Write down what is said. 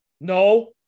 No